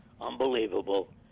unbelievable